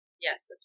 Yes